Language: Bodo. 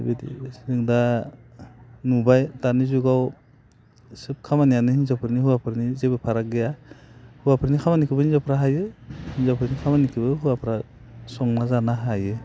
जों दा नुबाय दानि जुगाव सोब खामानियानो हिनजावफोरनि हौवाफोरनि जेबो फाराग गैया हौवाफोरनि खामानिखो हिनजावफ्राबो हायो हिनजावफोरनि खामानिखोबो हौवाफ्रा संना जानो हायो